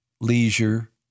leisure